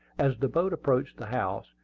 as the boat approached the house,